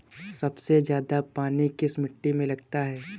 सबसे ज्यादा पानी किस मिट्टी में लगता है?